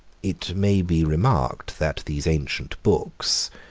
it may be remarked, that these ancient books,